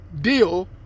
deal